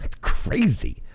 Crazy